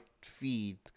feed